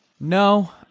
No